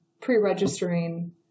pre-registering